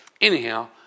Anyhow